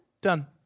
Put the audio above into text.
done